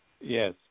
Yes